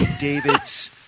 David's